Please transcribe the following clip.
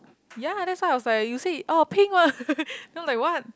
ya that's why I was like you say oh pink [what] then I was like what